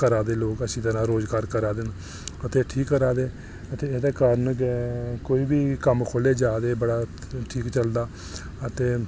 करा दे लोक अच्छी तरह करै दे न ते ठीक करै दे ते एह्दे कारण गै कोई बी कम्म खोह्ल्लेआ जा ते ठीक चलदा ते